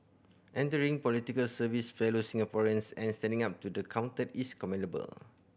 entering politics serving fellow Singaporeans and standing up to the counted is commendable